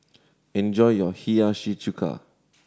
enjoy your Hiyashi Chuka